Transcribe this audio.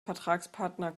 vertragspartner